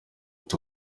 ati